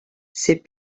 ses